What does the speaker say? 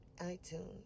iTunes